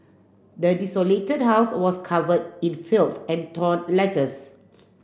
the desolated house was covered in filth and torn letters